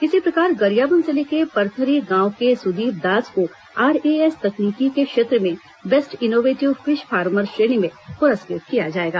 इसी प्रकार गरियाबंद जिले के पथर्री गांव के सुदीप दास को आरएएस तकनीकी के क्षेत्र में बेस्ट इनोवेटिव फिश फार्मर श्रेणी में पुरस्कृत किया जाएगा